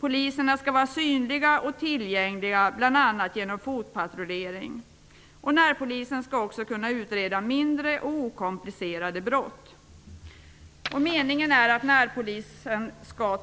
Poliserna skall vara synliga och tillgängliga bl.a. genom fotpatrullering. Närpolisen skall också kunna utreda mindre och okomplicerade brott. Meningen är att närpolisen